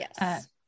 Yes